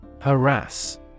Harass